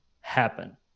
happen